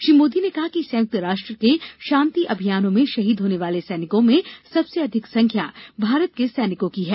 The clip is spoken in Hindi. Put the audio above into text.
श्री मोदी ने कहा कि संयुक्त राष्ट्र के शांति अभियानों में शहीद होने वाले सैनिकों में सबसे अधिक संख्या भारत के सैनिकों की है